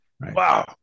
Wow